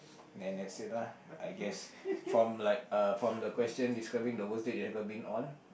then that's it lah I guess from like uh from the question describing the worst date you've ever been on